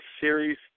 series